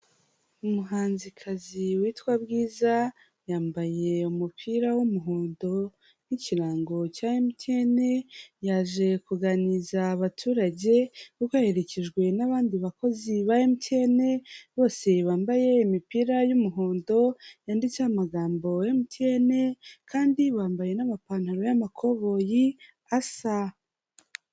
Umuhanzikazi witwa Bwiza yambaye umupira w'umuhondo n'ikirango cya Emutiyene yaje kuganiriza abaturage, kuko aherekejwe n'abandi bakozi ba Emutiyene, bose bambaye imipira y'umuhondo yanditseho amagambo Emutiyene kandi bambaye n'amapantaro y'amakoboyi asa.